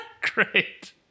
great